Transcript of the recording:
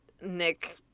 Nick